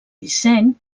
disseny